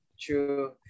True